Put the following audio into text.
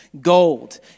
Gold